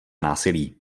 násilí